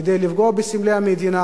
כדי לפגוע בסמלי המדינה.